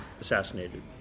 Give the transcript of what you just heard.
assassinated